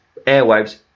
airwaves